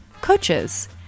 coaches